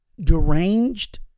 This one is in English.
Deranged